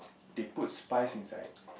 they put spice inside